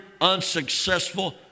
unsuccessful